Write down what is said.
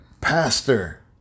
pastor